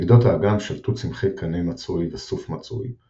בגדות האגם שלטו צמחי קנה מצוי וסוף מצוי,